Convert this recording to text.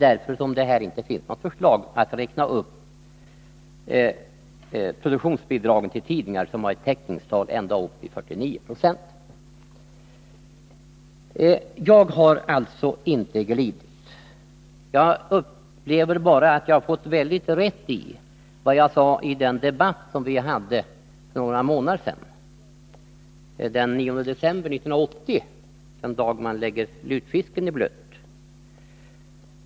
Därför finns det inte här något förslag om att räkna upp produktionsbidragen till tidningar som har ett täckningstal ända upp till 49 o. Jag har alltså inte glidit. Jag upplever bara att jag har fått väldigt rätt i vad jag sade i den debatt som vi hade för några månader sedan, den 9 december 1980 — den dag man lägger lutfisken i blöt.